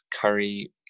curry